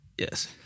Yes